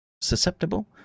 susceptible